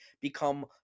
become